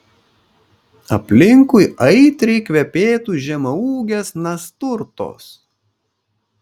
aplinkui aitriai kvepėtų žemaūgės nasturtos